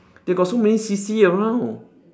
they got so many C_C around